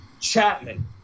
Chapman